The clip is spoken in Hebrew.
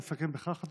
נסכם בכך,